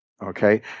Okay